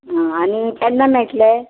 आं आनी केन्ना मेयटले